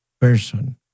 person